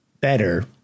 better